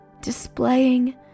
displaying